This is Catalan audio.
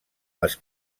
les